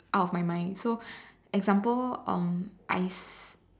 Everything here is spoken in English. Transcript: out of my mind so example um I